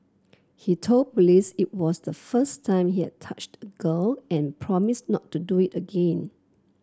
he told police it was the first time he had touched a girl and promised not to do it again